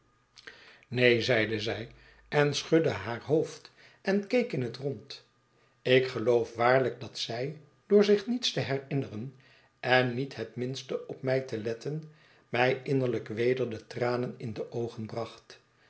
neen zeide zij en schudde haar hoofd en keek in hat rond ik geloof waarlijk dat zij door zich niets te herinneren en niet het minste op mij te letten mij innerlijk weder de tranen in de oogen bracht